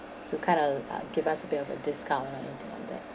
to kind of uh give us a bit of a discount or anything like that